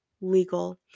legal